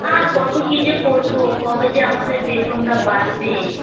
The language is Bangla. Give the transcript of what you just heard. আর কত কী যে করব কবে যে আমাদের বেতনটা বাড়বে